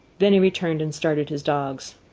then he returned and started his dogs.